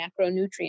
macronutrients